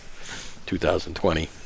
2020